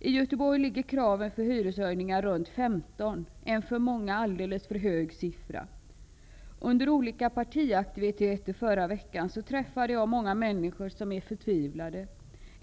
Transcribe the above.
I Göteborg är kraven på hyreshöjningarna runt 15 %, en för många alldeles för hög siffra. Under olika partiaktiviteter förra veckan träffade jag många människor som är förtvivlade.